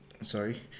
Sorry